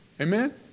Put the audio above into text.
Amen